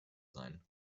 sein